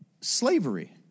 slavery